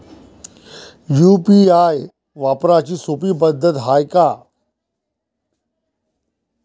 UPI वापराची सोपी पद्धत हाय का?